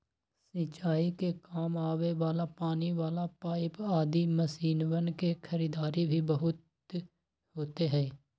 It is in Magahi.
सिंचाई के काम आवे वाला पानी वाला पाईप आदि मशीनवन के खरीदारी भी बहुत होते हई